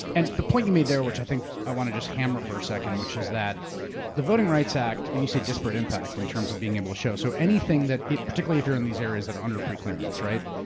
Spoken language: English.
and the point you made there, which i think i want to just hammer for a second, which is that the voting rights act. when you say disparate impact in terms of being able to show. so anything that it. particularly if you're in these areas that are under pre clearance, right?